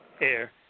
Air